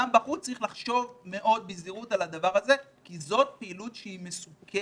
גם בחוץ צריך לחשוב בזהירות על הדבר הזה כי זו פעילות שהיא מסוכנת.